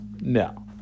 No